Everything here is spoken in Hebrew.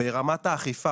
ברמת האכיפה,